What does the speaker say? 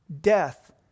death